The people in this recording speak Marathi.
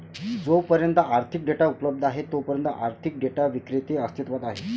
जोपर्यंत आर्थिक डेटा उपलब्ध आहे तोपर्यंत आर्थिक डेटा विक्रेते अस्तित्वात आहेत